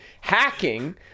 hacking